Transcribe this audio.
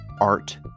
art